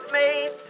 made